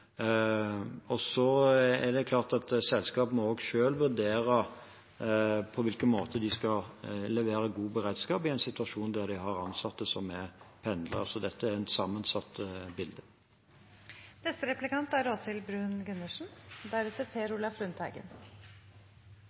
må selv vurdere på hvilken måte de skal levere god beredskap i en situasjon der de har ansatte som er pendlere, så dette er et sammensatt bilde.